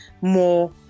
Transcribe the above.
more